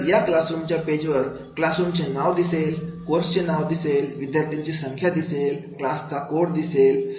तर या क्लासरूम च्या पेज वर क्लासरूम चे नाव दिसेल कोर्सचे नाव दिसेल विद्यार्थ्यांची संख्या दिसेल क्लास चा कोड दिसेल